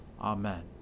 Amen